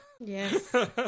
yes